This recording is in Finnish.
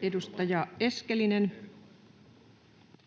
Edustaja Eskelinen.